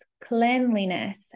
cleanliness